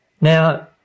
Now